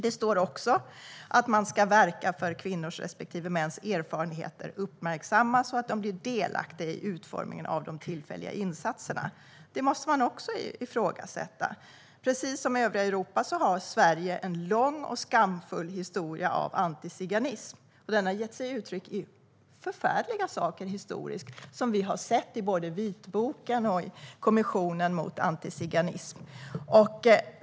Det står också att man ska verka för att kvinnors respektive mäns erfarenheter uppmärksammas och att de blir delaktiga i utformningen av de tillfälliga insatserna. Det måste man också ifrågasätta. Precis som övriga Europa har Sverige en lång och skamfull historia av antiziganism. Den har tagit sig uttryck i förfärliga saker genom historien, som både vitboken och Kommissionen mot antiziganism har visat.